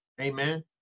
Amen